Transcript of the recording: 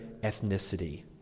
ethnicity